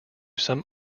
some